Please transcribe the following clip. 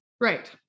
Right